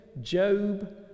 Job